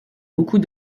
beaucoup